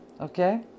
Okay